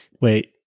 Wait